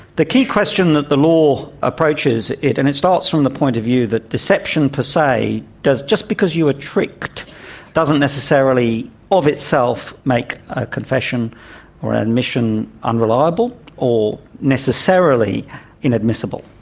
the key question that the law approaches it, and it starts from the point of view that deception per se does, just because you were tricked doesn't necessarily of itself make a confession or an admission unreliable or necessarily inadmissible.